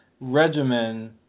regimen